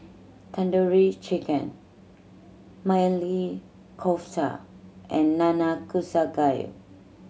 Tandoori Chicken Maili Kofta and Nanakusa Gayu